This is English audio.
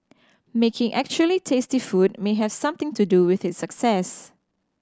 making actually tasty food may have something to do with its success